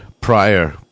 prior